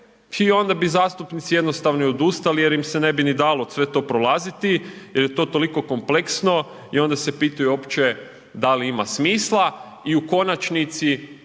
i onda bi zastupnici jednostavno i odustali jer im se ne bi ni dalo sve to prolaziti jel je to toliko kompleksno. I onda se pitaju uopće da li ima smisla i u konačnici